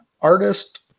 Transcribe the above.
artist